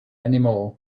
anymore